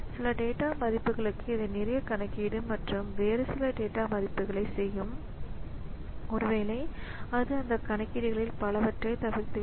சில டேட்டா மதிப்புகளுக்கு இது நிறைய கணக்கீடு மற்றும் வேறு சில டேட்டா மதிப்புகளைச் செய்யும் ஒருவேளை அது அந்த கணக்கீடுகளில் பலவற்றைத் தவிர்த்துவிடும்